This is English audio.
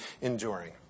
enduring